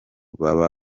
baba